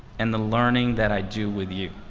and the learning that i do with you.